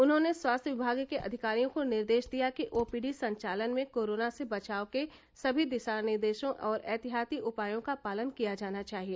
उन्होंने स्वास्थ्य विभाग के अधिकारियों को निर्देश दिया कि ओपीडी संचालन में कोरोना से बचाव के सभी दिशा निर्देशों और एहतियाती उपायों का पालन किया जाना चाहिए